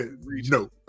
no